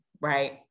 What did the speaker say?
right